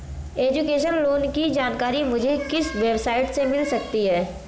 Education loan की जानकारी मुझे किस वेबसाइट से मिल सकती है?